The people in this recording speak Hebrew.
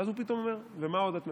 ואז הוא פתאום אומר: ומה עוד את מבקשת?